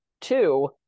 Two